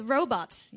Robots 》 。